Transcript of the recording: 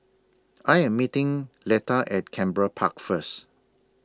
I Am meeting Letta At Canberra Park First